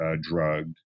drugged